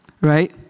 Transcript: right